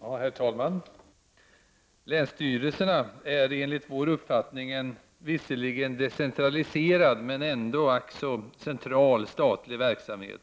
Herr talman! Länsstyrelserna är, enligt vår uppfattning, visserligen en decentraliserad men ack så central statlig verksamhet.